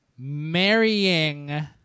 Marrying